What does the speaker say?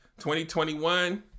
2021